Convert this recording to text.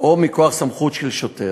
או מכוח סמכות של שוטר.